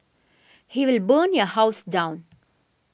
he will burn your house down